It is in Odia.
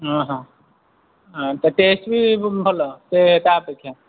ହଁ ତ ଟେଷ୍ଟ୍ ବି ଭଲ ସେ ତା ଅପେକ୍ଷା